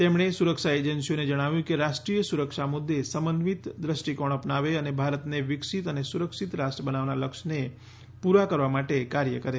તેમણે સુરક્ષા એજન્સીઓને જણાવ્યું કે રાષ્ટ્રીય સુરક્ષા મુદ્દે સમન્વિત દૃષ્ટિકોણ અપનાવે અને ભારતને વિકસિત અને સુરક્ષિત રાષ્ટ્ર બનાવવાના લક્ષ્યને પૂરા કરવા માટે કાર્ય કરે